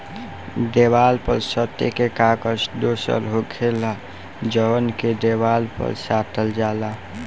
देवाल पर सटे के कागज दोसर होखेला जवन के देवाल पर साटल जाला